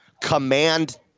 Command